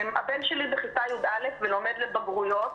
הבן שלי בכיתה י"א, ולומד לבגרויות.